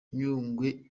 nyungwe